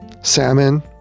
salmon